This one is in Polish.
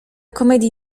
komedii